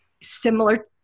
similar